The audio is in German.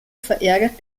verärgert